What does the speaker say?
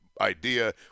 idea